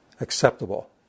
acceptable